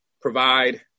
provide